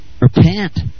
Repent